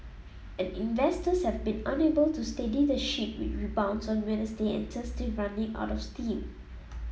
and investors have been unable to steady the ship with rebounds on Wednesday and Thursday running out of steam